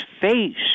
face